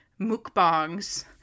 mukbangs